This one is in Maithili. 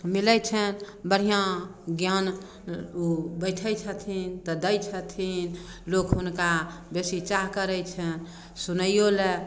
मिलै छनि बढ़िआँ ज्ञान ओ बैठै छथिन तऽ दै छथिन लोक हुनका बेसी चाह करै छनि सुनैयो लए